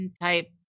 type